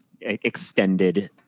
extended